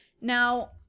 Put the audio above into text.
Now